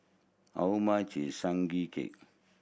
how much is Sugee Cake